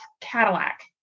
cadillac